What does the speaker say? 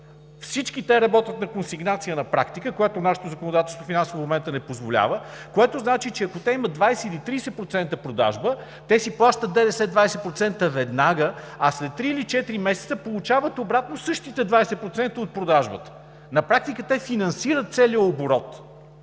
Всички те работят на консигнация на практика, която нашето финансово законодателство в момента не позволява, което значи, че ако имат 20 или 30% продажба, си плащат ДДС 20% веднага, а след три или четири месеца получават обратно същите 20% от продажбата! На практика те финансират целия оборот!